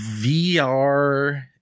VR